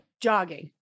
Jogging